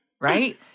Right